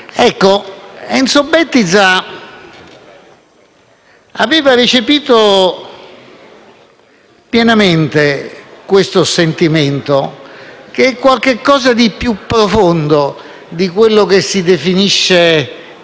Tito. Enzo Bettiza aveva recepito pienamente questo sentimento, che è qualcosa di più profondo di quello che si definisce